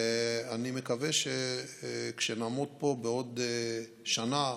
אני מקווה שכשנעמוד פה בעוד שנה,